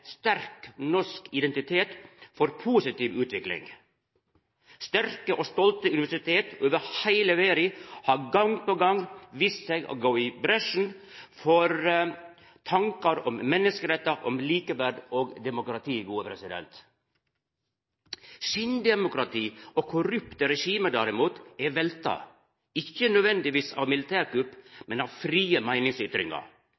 sterk norsk identitet for positiv utvikling. Sterke og stolte universitet over heile verda har gong på gong vist seg å gå i bresjen for tankar om menneskerettar, likeverd og demokrati. Skinndemokrati og korrupte regime, derimot, er velta – ikkje nødvendigvis av